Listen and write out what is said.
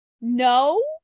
no